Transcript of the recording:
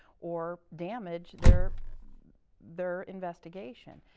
or damage their their investigation.